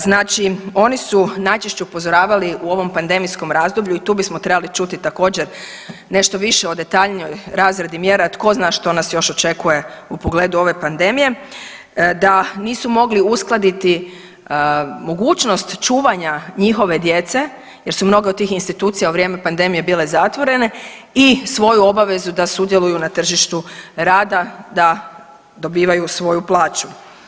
Znači oni su najčešće upozoravali u ovom pandemijskom razdoblju i tu bismo trebali čuti također nešto više o detaljnijoj razradi mjera tko zna što nas još očekuje u pogledu ove pandemije, da nisu mogli uskladiti mogućnost čuvanja njihove djece jer su mnoge od tih institucija u vrijeme pandemije bile zatvorene i svoju obavezu da sudjeluju na tržištu rada, da dobivaju svoju plaću.